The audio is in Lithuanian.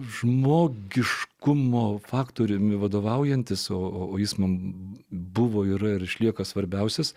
žmogiškumo faktoriumi vadovaujantis o jis mums buvo ir išlieka svarbiausias